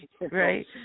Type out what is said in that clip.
Right